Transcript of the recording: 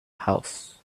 house